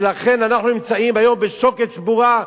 ולכן אנחנו נמצאים היום בשוקת שבורה,